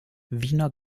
wiener